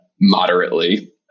moderately